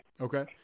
Okay